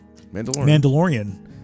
Mandalorian